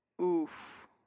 Oof